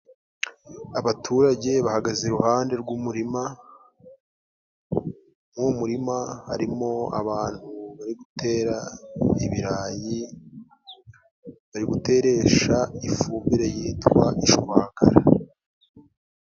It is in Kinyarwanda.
Abaturage bahagaze iruhande rw'umurima muri uwo murima, harimo abantu bari gutera ibirayi, bari guteresha ifumbire yitwa ishwagara.